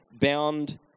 bound